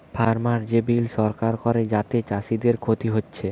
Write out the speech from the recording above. farmer যে bill সরকার করে যাতে চাষীদের ক্ষতি হচ্ছে